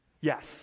Yes